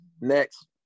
Next